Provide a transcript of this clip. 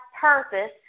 purpose